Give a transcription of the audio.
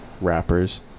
rappers